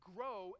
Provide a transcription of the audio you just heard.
grow